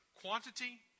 quantity